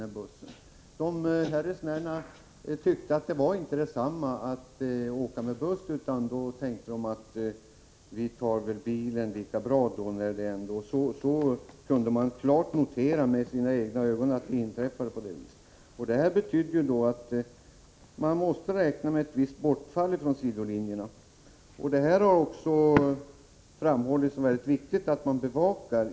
Resenärerna tyckte inte att det var samma sak att åka buss som att åka tåg, utan de tog bilen i stället. Jag kunde med egna ögon klart notera att detta inträffade. Det här betyder att man måste räkna med ett visst bortfall av resande från sidolinjerna.